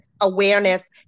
awareness